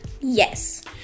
Yes